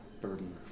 burden